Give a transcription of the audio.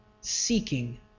seeking